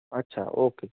अच्छ ओके